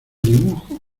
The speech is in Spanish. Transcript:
dibujos